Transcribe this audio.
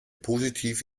positiv